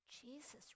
Jesus